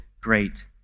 great